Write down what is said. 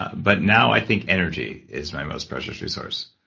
but now i think energy is my most precious resource,